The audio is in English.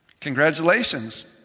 congratulations